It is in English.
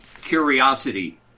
curiosity